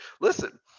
listen